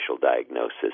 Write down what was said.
diagnosis